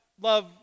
love